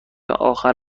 آخر